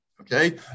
Okay